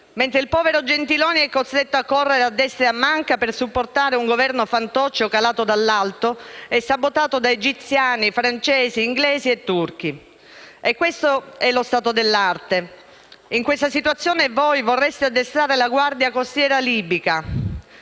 mentre il povero ministro Gentiloni è costretto a correre a destra e a manca per supportare un Governo fantoccio calato dall'alto e sabotato da egiziani, francesi, inglesi e turchi. Questo è lo stato dell'arte. In questa situazione vorreste addestrare la Guardia costiera libica;